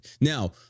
Now